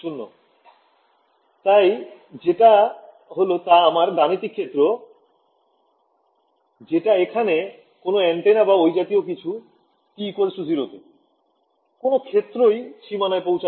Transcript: ছাত্র ছাত্রীঃ ০